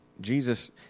Jesus